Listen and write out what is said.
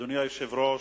אדוני היושב-ראש,